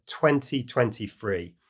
2023